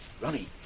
Ronnie